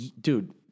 Dude